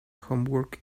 homework